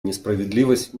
несправедливость